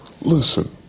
Listen